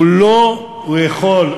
הוא לא יכול,